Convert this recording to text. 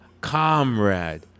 comrade